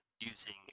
using